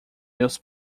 meus